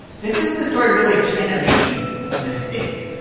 this is the story, really, of china making a mistake.